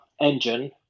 engine